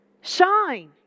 Shine